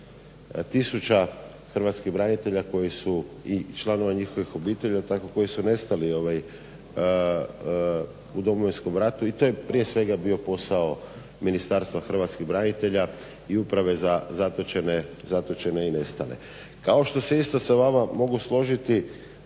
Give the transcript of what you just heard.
tisuća hrvatskih branitelja koji su i članova njihovih obitelji koji su nestali u Domovinskom ratu i to je prije svega bio postao Ministarstva hrvatskih branitelja i Uprave za zatočene i nestale. Kao što se isto sa vama mogu složiti